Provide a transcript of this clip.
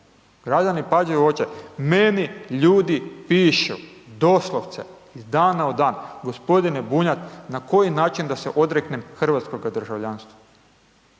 Građani padaju u očaj. Meni ljudi pišu, doslovce, iz dana u dan, g. Bunjac, na koji način da se odreknem hrvatskog državljanstva?